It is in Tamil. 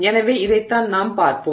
எனவே இதைத்தான் நாம் பார்ப்போம்